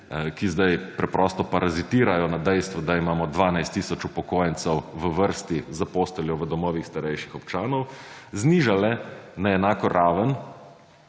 ki zdaj preprosto parazitirajo na dejstvu, da imamo 12 tisoč upokojencev v vrsti za posteljo v domovih starejših občanov, znižale na enako raven